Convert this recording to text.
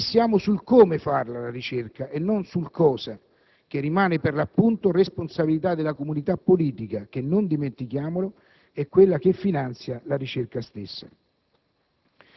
Qui siamo sul come fare la ricerca e non sul cosa, che rimane, per l'appunto, responsabilità della comunità politica che, non dimentichiamolo, è quella che finanzia la ricerca stessa.